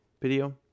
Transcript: Video